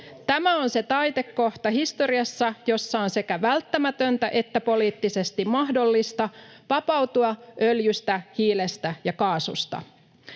Tämä on se taitekohta historiassa, jossa on sekä välttämätöntä että poliittisesti mahdollista vapautua öljystä, hiilestä ja kaasusta."